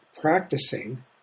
practicing